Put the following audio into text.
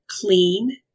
clean